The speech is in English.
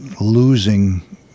losing